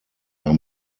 war